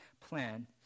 plan